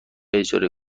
اجاره